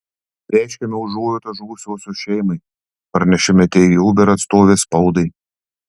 reiškiame užuojautą žuvusiosios šeimai pranešime teigė uber atstovė spaudai